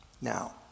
Now